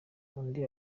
undi